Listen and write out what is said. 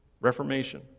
Reformation